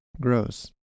gross